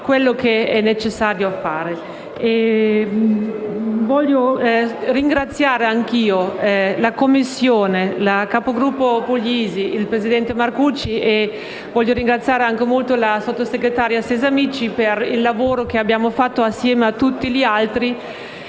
Voglio ringraziare anch'io la Commissione, la capogruppo Puglisi, il presidente Marcucci e la sottosegretario Amici per il lavoro svolto insieme a tutti gli altri.